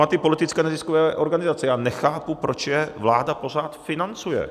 A ty politické neziskové organizace, já nechápu, proč je vláda pořád financuje.